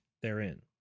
therein